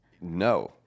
no